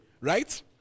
right